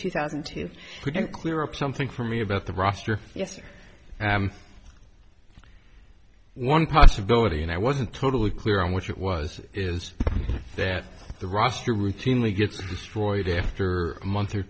two thousand and two pretty clear up something for me about the roster yes i am one possibility and i wasn't totally clear on which it was is that the roster routinely gets destroyed after a month or